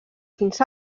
fins